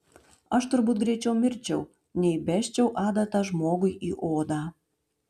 aš turbūt greičiau mirčiau nei įbesčiau adatą žmogui į odą